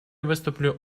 выступлю